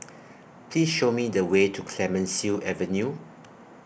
Please Show Me The Way to Clemenceau Avenue